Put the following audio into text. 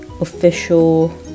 official